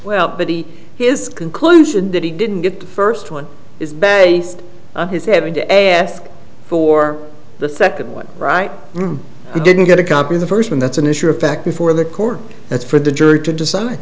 maybe his conclusion that he didn't get the first one is based on his having to ask for the second one right he didn't get a copy of the first one that's an issue of fact before the court that's for the jury to decide